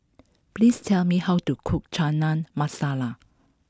please tell me how to cook Chana Masala